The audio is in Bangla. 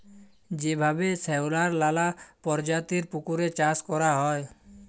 যেভাবে শেঁওলার লালা পরজাতির পুকুরে চাষ ক্যরা হ্যয়